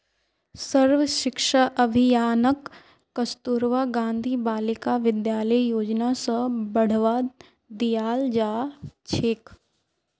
सर्व शिक्षा अभियानक कस्तूरबा गांधी बालिका विद्यालय योजना स बढ़वा दियाल जा छेक